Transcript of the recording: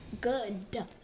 good